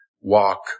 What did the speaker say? walk